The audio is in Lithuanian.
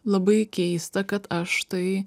labai keista kad aš tai